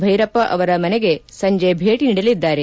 ಬೈರಪ್ಪ ಅವರ ಮನೆಗೆ ಸಂಜೆ ಭೇಟಿ ನೀಡಲಿದ್ದಾರೆ